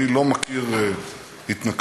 אני לא מכיר התנכלות.